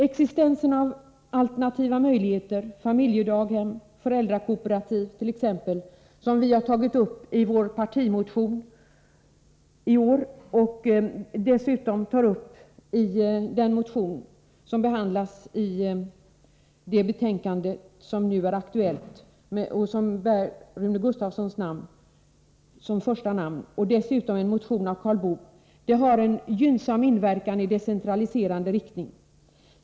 Existensen av alternativa möjligheter, t.ex. familjedaghem, föräldrakooperativ, som vi har tagit upp i vår partimotion i år och dessutom tar upp i den motion med Rune Gustavsson som första namn som behandlas i det betänkande som nu är aktuellt och dessutom i en motion av Karl Boo, har en gynnsam inverkan i decentraliserande riktning.